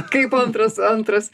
kaip antras antras